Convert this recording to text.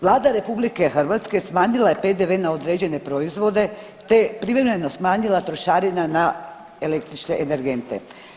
Vlada RH smanjila je PDV na određene proizvode te privremeno smanjila trošarine na električne energente.